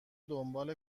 دنبال